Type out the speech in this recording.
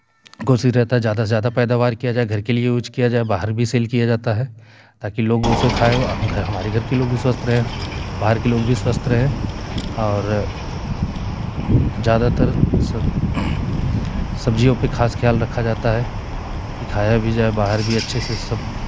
कोशिश रहता है ज्यादा से ज्यादा पैदावार किया जाए घर के लिए यूज़ किया जाए बाहर भी सेल किया जाता है ताकि लोग उसे खाएँ घर हमारे घर के लोग भी स्वस्थ रहें बाहर के लोग भी स्वस्थ रहें और ज्यादातर स सब्जियों पर खास ख्याल रखा जाता है कि खाया भी जाए बाहर भी अच्छे से सब